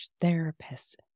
therapist